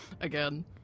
again